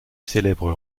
célèbre